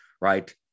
right